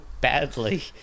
badly